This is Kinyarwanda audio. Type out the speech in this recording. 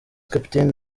kapiteni